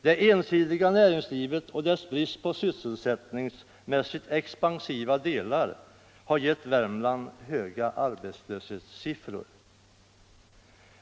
Det ensidiga näringslivet och dess brist på sysselsättningsmässigt expansiva delar har givit Värmland höga arbetslöshetssiffror.